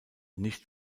nicht